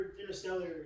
interstellar